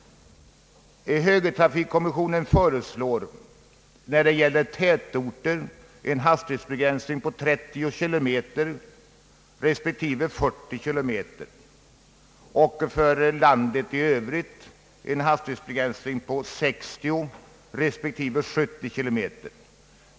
Högertrafikkommissionen föreslår när det gäller tätorter en hastighetsbegränsning på 30 respektive 40 kilometer per timme och för landet i övrigt en hastighetsbegränsning på 60 respektive 70 kilometer per timme.